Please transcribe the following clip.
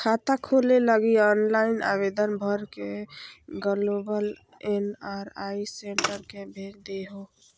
खाता खोले लगी ऑनलाइन आवेदन भर के ग्लोबल एन.आर.आई सेंटर के भेज देहो